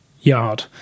Yard